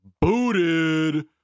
booted